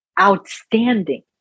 outstanding